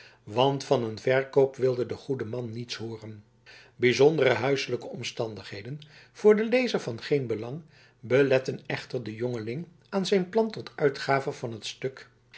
want van een verkoop wilde de goede man niets hooren bijzondere huiselijke omstandigheden voor den lezer van geen belang beletteden echter den jongeling aan zijn plan tot uitgave van het stuk